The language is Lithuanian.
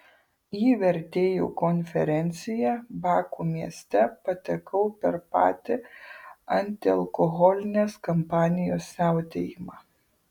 į vertėjų konferenciją baku mieste patekau per patį antialkoholinės kampanijos siautėjimą